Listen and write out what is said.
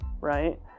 right